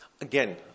Again